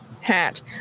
hat